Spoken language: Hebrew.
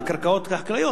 על הקרקעות החקלאיות,